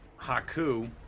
haku